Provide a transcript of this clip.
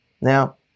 Now